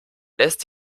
lässt